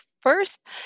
first